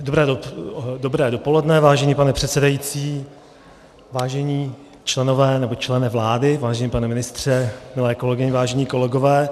Dobré dopoledne, vážený pane předsedající, vážení členové, nebo člene vlády, vážený pane ministře, milé kolegyně, vážení kolegové.